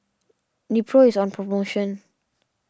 Nepro is on promotion